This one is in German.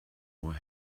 uhr